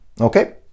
okay